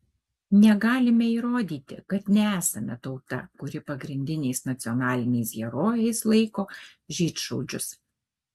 negalime įrodyti kad nesame tauta kuri pagrindiniais nacionaliniais herojais laiko žydšaudžius